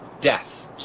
death